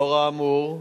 לאור האמור,